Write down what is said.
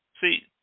See